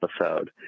episode